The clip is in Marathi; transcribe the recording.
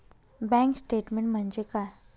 बँक स्टेटमेन्ट म्हणजे काय?